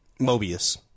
Mobius